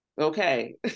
Okay